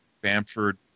bamford